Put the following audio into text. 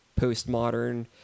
postmodern